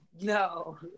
no